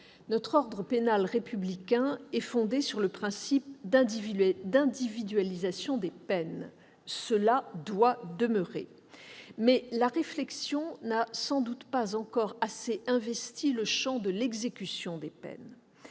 Notre ordre pénal républicain est fondé sur le principe de l'individualisation des peines. Cela doit demeurer ainsi. Mais la réflexion n'a pas encore suffisamment investi le champ de l'exécution des peines.